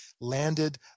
landed